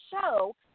show